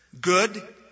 good